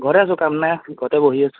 ঘৰতে আছোঁ কাম নাই ঘৰতে বহি আছোঁ